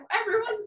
Everyone's